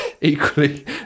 equally